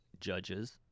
Judges